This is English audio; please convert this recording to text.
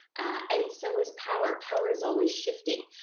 and so is power. power is always shifting.